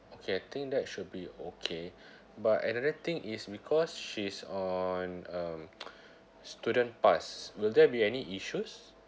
okay I think that should be okay but another thing is because she's on um student pass will there be any issues